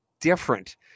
different